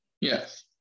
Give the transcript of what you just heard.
Yes